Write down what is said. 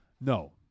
No